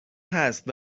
هست